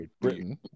Britain